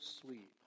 sweet